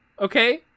Okay